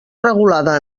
regulada